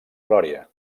glòria